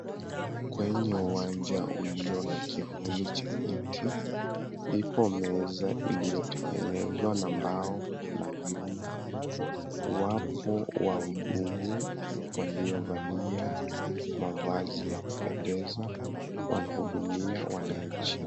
Kwenye uwanja ulio na kivuli cha miti, ipo meza iliyotengenezwa na mbao na vyuma. Wapo wahudumu waliovalia mavazi ya kupendeza, wanahudumia wananchi.